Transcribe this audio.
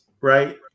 right